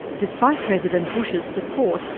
despite president bush's support,